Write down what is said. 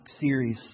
series